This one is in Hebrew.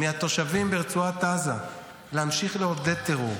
מהתושבים ברצועת עזה להמשיך לעודד טרור,